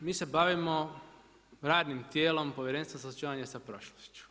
Mi se bavimo radnim tijelom Povjerenstva za suočavanje sa prošlošću.